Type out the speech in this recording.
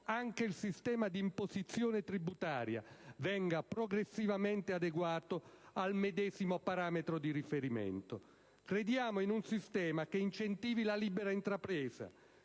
anche il sistema di imposizione tributaria venga progressivamente adeguato al medesimo parametro di riferimento. Crediamo in un sistema che incentivi la libera intrapresa.